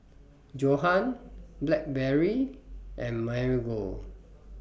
Johan Blackberry and Marigold